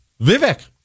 Vivek